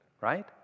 Right